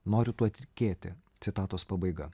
noriu tuo tikėti citatos pabaiga